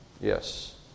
Yes